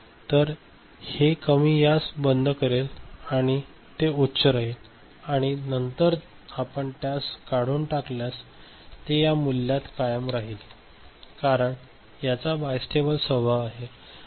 तर हे कमी यास बंद करेल आणि ते उच्च राहील आणि नंतर आपण त्यास काढून टाकल्यास तो या मूल्यात कायम राहील कारण याचा बायस्टेबल स्वभाव आहे आणि